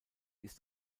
ist